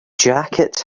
jacket